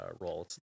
role